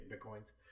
bitcoins